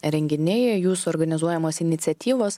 renginiai jūsų organizuojamos iniciatyvos